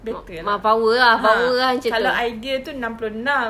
better lah ha kalau ideal itu enam puluh enam